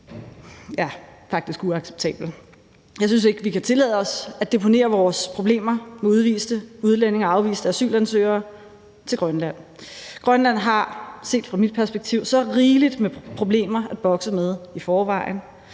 ja, faktisk uacceptabel. Jeg synes ikke, vi kan tillade os at deponere vores problemer med udviste udlændinge og afviste asylansøgere til Grønland. Grønland har set fra mit perspektiv så rigeligt med problemer at bokse med i forvejen.